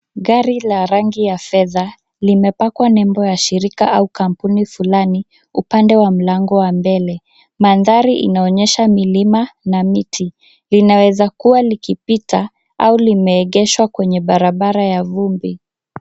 Gari la rangi ya fedha limepakwa nebo ya shirika au kampuni fulani upande wa mlango wa mbele. Mandhari inaonyesha milima na miti. Linaweza kuwa likipita au limeegeshwa kwenye barabara ya vumbi.